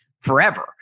forever